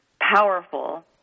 powerful